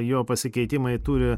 jo pasikeitimai turi